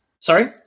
Sorry